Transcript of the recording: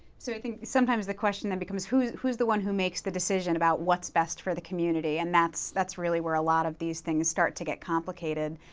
so sometimes the question then becomes who's who's the one who makes the decision about what's best for the community? and that's that's really where a lot of these things start to get complicated.